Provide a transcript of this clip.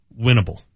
Winnable